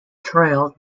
trail